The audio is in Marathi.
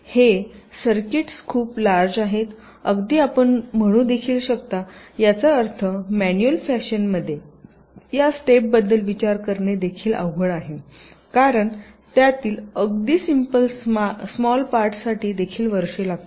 हे सर्किट्स खूप लार्जे आहेत अगदी आपण म्हणू देखील शकता याचा अर्थ मॅन्युअल फॅशनमध्ये या स्टेपबद्दल विचार करणे देखील अवघड आहे कारण त्यातील अगदी सिम्पल स्मॉल पार्टसाठी देखील वर्षे लागतील